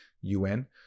UN